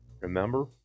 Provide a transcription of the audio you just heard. remember